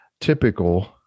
typical